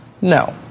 No